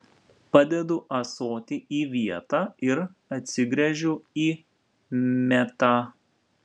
padedu ąsotį į vietą ir atsigręžiu į metą